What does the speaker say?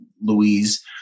Louise